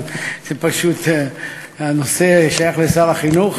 אבל פשוט הנושא שייך לשר החינוך